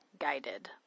guided